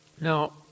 Now